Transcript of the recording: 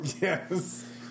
Yes